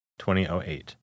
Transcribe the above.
2008